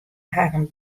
harren